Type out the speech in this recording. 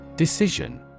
Decision